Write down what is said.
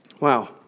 Wow